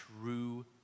true